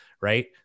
right